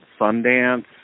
Sundance